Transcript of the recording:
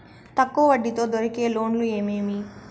తక్కువ వడ్డీ తో దొరికే లోన్లు ఏమేమీ?